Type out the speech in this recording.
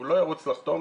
הוא לא ירוץ לחתום,